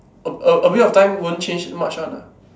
a a a bit of time won't change much one ah